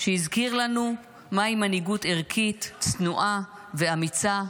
שהזכיר לנו מהי מנהיגות ערכית, צנועה ואמיצה,